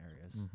areas